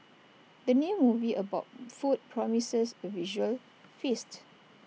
the new movie about food promises A visual feast